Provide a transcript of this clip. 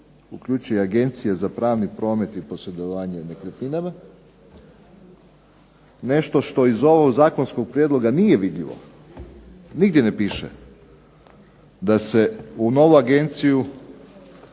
uključuje Agencija za pravni promet i posredovanje nekretninama. Nešto što iz ovog zakonskog prijedloga nije vidljivo, nigdje ne piše, da se u novu agenciju